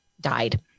died